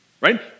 Right